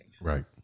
Right